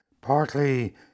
Partly